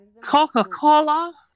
Coca-Cola